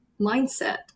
mindset